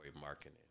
Marketing